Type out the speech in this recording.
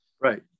Right